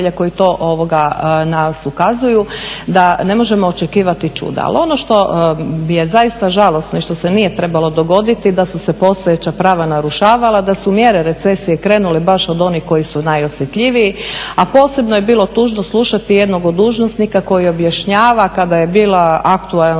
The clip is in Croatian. koji to … ukazuju, da ne možemo očekivati čuda. Ali ono što je zaista žalosno i što se nije trebalo dogoditi, da su se postojeća prava narušavala da su mjere recesije krenule baš od onih koji su najosjetljiviji, a posebno je bilo tužno slušati, a posebno je bilo tužno slušati jednog od dužnosnika koji objašnjava kada je bio aktualan